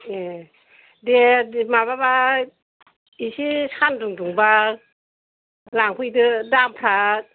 ए दे माबाबा एसे सानदुं दुंबा लांफैदो दामफ्रा एसे